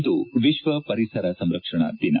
ಇಂದು ವಿಶ್ವ ಪರಿಸರ ಸಂರಕ್ಷಣಾ ದಿನ